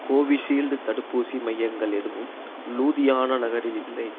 Covishield தடுப்பூசி மையங்கள் எதுவும் லூதியானா நகரில் இல்லை